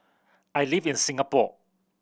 I live in Singapore